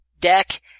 deck